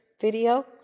video